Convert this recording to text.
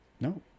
No